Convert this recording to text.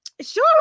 Sure